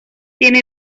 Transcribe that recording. tiene